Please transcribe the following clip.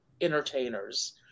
entertainers